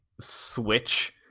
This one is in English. switch